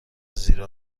زیر